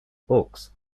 books